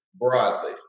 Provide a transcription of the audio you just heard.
broadly